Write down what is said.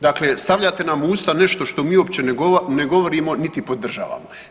Dakle stavljate nam u usta nešto što mi uopće ne govorimo niti podržavamo.